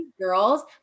girls